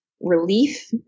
relief